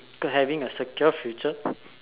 to having a secure future